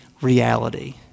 reality